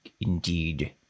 Indeed